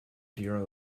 bureau